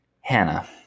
Hannah